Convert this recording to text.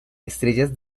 estrellas